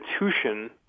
institution